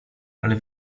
ale